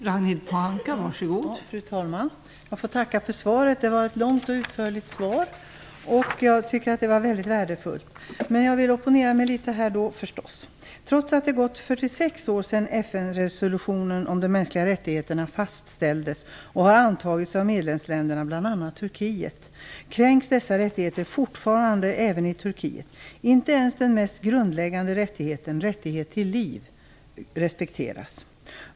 Fru talman! Jag får tacka för svaret, som var långt, utförligt och väldigt värdefullt. Men jag vill opponera mig litet. Trots att det gått 46 år sedan FN-resolutionen om de mänskliga rättigheterna fastställdes och har antagits av medlemsländerna, bl.a. Turkiet, kränks dessa rättigheter även i Turkiet. Inte ens den mest grundläggande rättigheten, rätten till liv, respekteras.